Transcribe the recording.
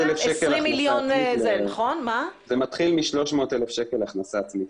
זה מתחיל מ-300,000 שקל הכנסה עצמית.